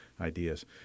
ideas